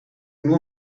nur